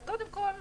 אז קודם כול,